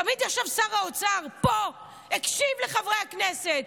תמיד ישב שר האוצר פה, הקשיב לחברי הכנסת.